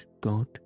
God